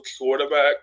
quarterback